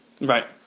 Right